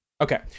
Okay